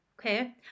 okay